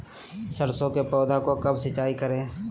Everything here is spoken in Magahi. सरसों की पौधा को कब सिंचाई करे?